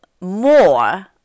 more